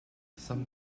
some